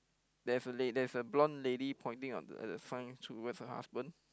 there's a la~ there's a blonde lady pointing on at the sign towards her husband